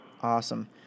Awesome